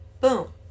boom